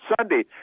Sunday